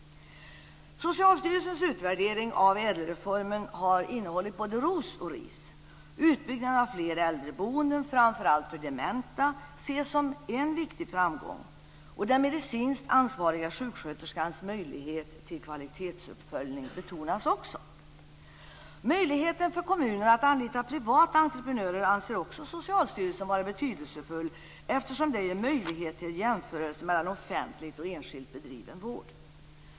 Socialstyrelsens utvärdering av ädelreformen har innehållit både ros och ris. Utbyggnaden av fler äldreboenden framför allt för dementa ses som en viktig framgång. Den medicinskt ansvariga sjuksköterskans möjlighet till kvalitetsuppföljning betonas också. Möjligheten för kommunerna att anlita privata entreprenörer anser Socialstyrelsen också vara betydelsefull, eftersom det ger möjlighet till jämförelser mellan offentligt och enskilt bedriven vård.